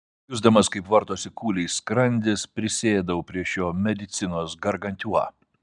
jusdamas kaip vartosi kūliais skrandis prisėdau prie šio medicinos gargantiua